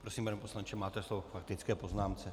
Prosím, pane poslanče, máte slovo k faktické poznámce.